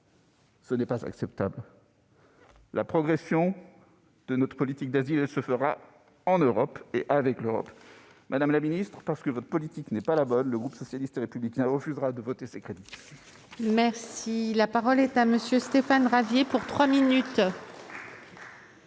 Ce n'est pas acceptable ! La progression de notre politique d'asile se fera en Europe et avec l'Europe. Madame la ministre, parce que votre politique n'est pas la bonne, le groupe socialiste et républicain refusera de voter ces crédits. La parole est à M. Stéphane Ravier. Madame